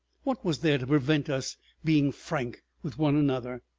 what was there to prevent us being frank with one another?